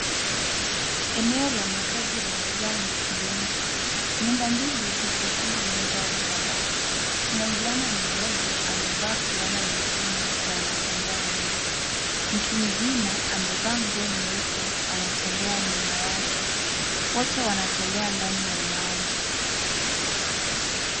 Eneo la makazi limejaa maji mengi. Nyumba mbili ziko upande mmoja wa barabara. Kuna mvulana mdogo amevaa fulaana nyekundu na anatembea mbele, mtu mzima amevaa nguo nyeupe anatembea nyuma yake, wote wanatembea ndani ya maji.